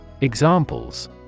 Examples